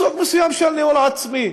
סוג מסוים של ניהול עצמי,